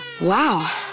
Wow